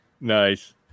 Nice